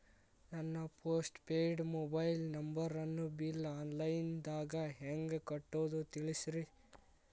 ನನ್ನ post paid mobile ನಂಬರನ್ನು bill online ದಾಗ ಹೆಂಗ್ ಕಟ್ಟೋದು ತಿಳಿಸ್ರಿ